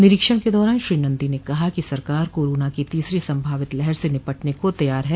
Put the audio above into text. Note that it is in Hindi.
निरीक्षण के दौरान श्री नंदी ने कहा कि सरकार कोरोना की तीसरी संभावित लहर से निपटने को तैयार है